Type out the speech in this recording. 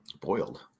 Boiled